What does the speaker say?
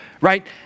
right